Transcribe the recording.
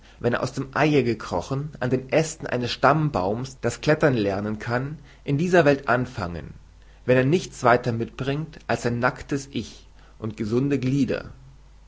wenn er aus dem sie gekrochen an den aesten eines stammbaums das klettern lernen kann in dieser welt anfangen wenn er weiter nichts mitbringt als sein naktes ich und gesunde glieder